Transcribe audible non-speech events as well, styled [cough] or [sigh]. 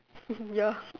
[laughs] ya